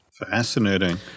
Fascinating